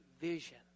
vision